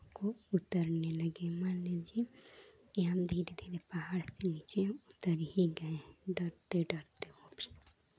को उतरने लगे मान लीजिये कि हम धीरे धीरे पहाड़ से नीचे उतर ही गए डरते डरते